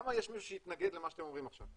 למה יש מישהו שיתנגד למה שאתם אומרים עכשיו?